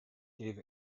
gave